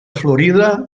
florida